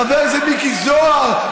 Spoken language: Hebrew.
חבר הכנסת מיקי זוהר,